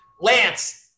Lance